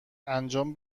انجام